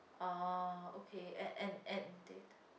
orh okay and and and data